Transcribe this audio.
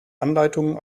anleitungen